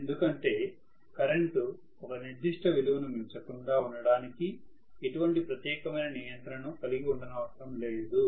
ఎందుకంటే కరెంటు ఒక నిర్ధిష్ట విలువనుమించకుండా ఉండడానికిఎటువంటి ప్రత్యకమైన నియంత్రణను కలిగి ఉండనవసరం లేదు